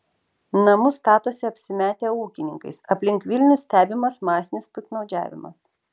namus statosi apsimetę ūkininkais aplink vilnių stebimas masinis piktnaudžiavimas